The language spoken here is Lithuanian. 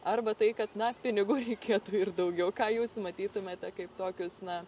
arba tai kad na pinigų reikėtų ir daugiau ką jūs matytumėte kaip tokius na